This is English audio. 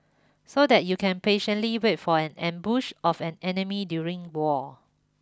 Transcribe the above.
so that you can patiently wait for an ambush of an enemy during war